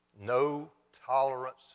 No-tolerance